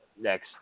next